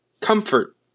Comfort